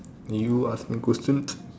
you are asking question